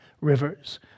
rivers